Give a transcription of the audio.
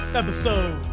episode